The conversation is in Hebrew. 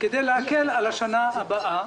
כדי להקל על השנה הבאה.